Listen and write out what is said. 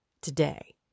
today